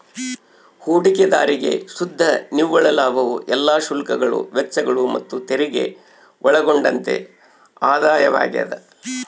ಹೂಡಿಕೆದಾರ್ರಿಗೆ ಶುದ್ಧ ನಿವ್ವಳ ಲಾಭವು ಎಲ್ಲಾ ಶುಲ್ಕಗಳು ವೆಚ್ಚಗಳು ಮತ್ತುತೆರಿಗೆ ಒಳಗೊಂಡಂತೆ ಆದಾಯವಾಗ್ಯದ